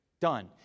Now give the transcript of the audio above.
Done